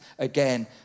again